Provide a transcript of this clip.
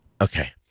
Okay